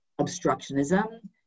obstructionism